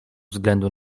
względu